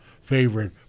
favorite